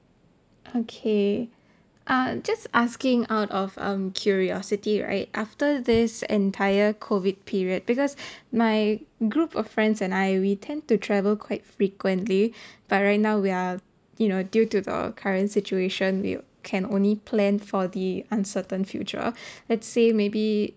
okay uh just asking out of um curiosity right after this entire COVID period because my group of friends and I we tend to travel quite frequently but right now we are you know due to the current situation we can only plan for the uncertain future let's say maybe